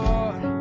Lord